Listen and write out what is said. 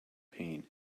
pain